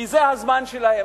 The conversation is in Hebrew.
כי זה הזמן שלהם.